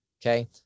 okay